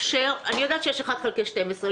אני יודעת שיש אחד חלקי שתים עשרה,